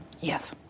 Yes